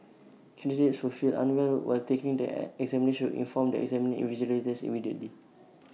candidates who feel unwell while taking the examinations inform the examination invigilators immediately